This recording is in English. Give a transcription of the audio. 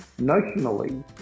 notionally